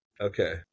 Okay